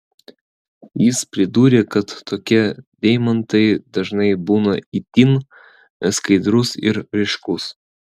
jis pridūrė kad tokie deimantai dažnai būna itin skaidrūs ir ryškūs